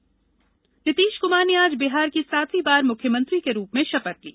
नीतीश शपथ नीतीश कुमार ने आज बिहार के सातवीं बार मुख्यमंत्री के रूप में शपथ ली